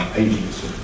agency